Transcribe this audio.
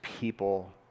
people